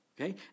okay